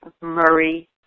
Murray